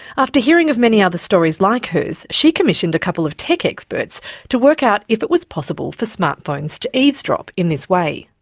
after hearing of many other stories like hers, she commissioned a couple of tech experts to work out if it was possible for smart phones to eavesdrop in this way.